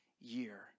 year